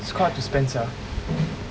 is quite hard to spend sia